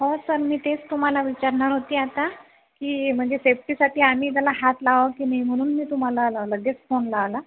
हो सर मी तेच तुम्हाला विचारणार होती आता की म्हणजे सेफ्टीसाठी आम्ही त्याला हात लावावा की नाही म्हणून मी तुम्हाला लाव लगेच फोन लावला